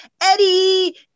Eddie